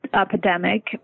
epidemic